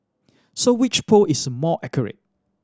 so which poll is more accurate